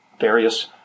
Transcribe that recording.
various